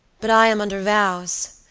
but i am under vows,